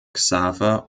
xaver